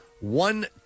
one